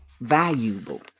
valuable